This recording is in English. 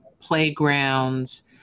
playgrounds